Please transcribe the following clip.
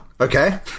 Okay